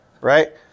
Right